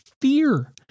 fear